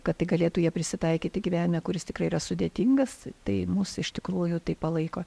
kad tai galėtų jie prisitaikyti gyvenime kuris tikrai yra sudėtingas tai mus iš tikrųjų tai palaiko